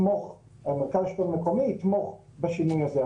המרכז לשלטון מקומי יתמוך בשינוי הזה.